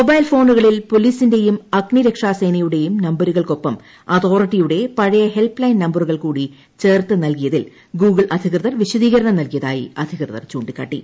mobile ഫോണുകളിൽ പോലീസിന്റെയും അഗ്നിരക്ഷാ സേനയുടെയും നമ്പരുകൾക്കൊപ്പം അതോറിറ്റിയുടെ പഴയ ഹെൽപ്പ്ലൈൻ നമ്പറുകൾ കൂടി ചേർത്ത് നൽകിയതിൽ ഗൂഗിൾ അധികൃതർ വിശദീകരണം നൽകിയതായി അധികൃതർ ചൂണ്ടിക്കാട്ടി